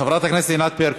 חברת הכנסת ענת ברקו,